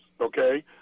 okay